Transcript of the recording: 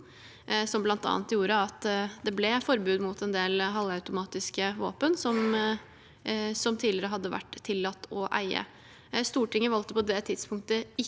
som bl.a. gjorde at det ble forbud mot en del halvautomatiske våpen som tidligere hadde vært tillatt å eie. Stortinget valgte på det tidspunktet ikke